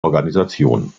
organisation